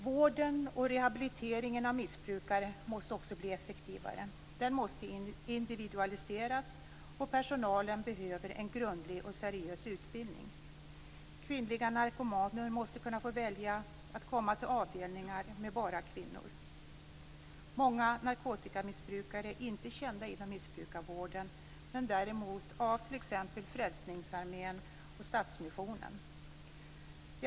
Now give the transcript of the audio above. Vården och rehabiliteringen av missbrukare måste också bli effektivare. Den måste individualiseras, och personalen behöver en grundlig och seriös utbildning. Kvinnliga narkomaner måste kunna få välja att komma till avdelningar med bara kvinnor. Många narkotikamissbrukare är inte kända inom missbrukarvården. Däremot är de kända av t.ex. Frälsningsarmén och Stadsmissionen.